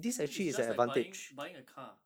then it's just like buying buying a car